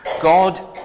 God